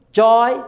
joy